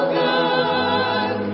good